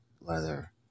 leather